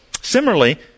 similarly